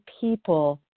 people